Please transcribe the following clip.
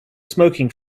smoking